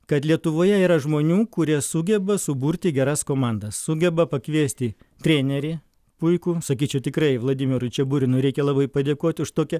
kad lietuvoje yra žmonių kurie sugeba suburti geras komandas sugeba pakviesti trenerį puikų sakyčiau tikrai vladimirui čeburinui reikia labai padėkoti už tokią